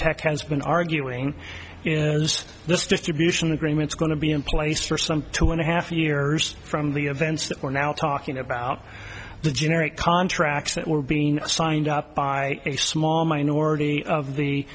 tech has been arguing is this distribution agreements going to be in place for some two and a half years from the events that we're now talking about the generic contracts that were being signed up by a small minority of the